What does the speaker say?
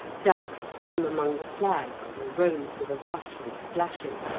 ducks swam among the flags, or rose with a rush and splashing.